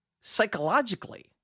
psychologically